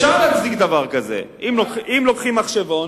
אפשר להצדיק דבר כזה, אם לוקחים מחשבון